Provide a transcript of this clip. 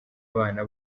abana